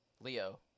Leo